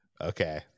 okay